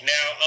Now